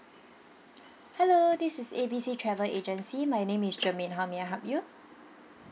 hello this is A B C travel agency my name is germaine how may I help you